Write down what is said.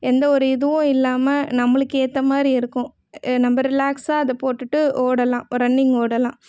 எந்த ஒரு இதுவும் இல்லாமல் நம்மளுக்கு ஏற்ற மாதிரி இருக்கும் ஏ நம்ம ரிலாக்ஸாக அதை போட்டுகிட்டு ஓடலாம் ரன்னிங் ஓடலாம்